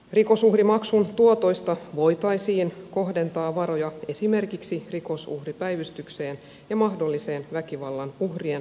rikosuhrimaksun tuotoista voitaisiin kohdentaa varoja esimerkiksi rikosuhripäivystykseen ja mahdolliseen väkivallan uhrien tukipuhelimeen